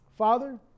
Father